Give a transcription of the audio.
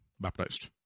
Baptized